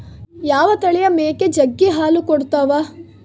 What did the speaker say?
ಯಾವ ತಳಿಯ ಮೇಕೆ ಜಗ್ಗಿ ಹಾಲು ಕೊಡ್ತಾವ?